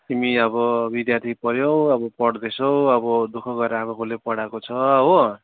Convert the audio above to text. तिमी अब विद्यार्थी पऱ्यौ अब पढ्दैछौ अब दु ख गरेर आमा बाबाले पढाएको छ हो